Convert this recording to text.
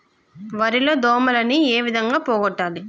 వరి లో దోమలని ఏ విధంగా పోగొట్టాలి?